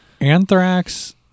anthrax